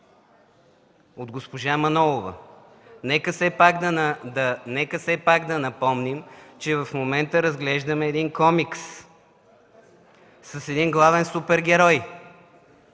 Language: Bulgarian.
от госпожа Манолова. Нека все пак да напомним, че в момента разглеждаме комикс с един главен супер герой.